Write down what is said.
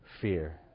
fear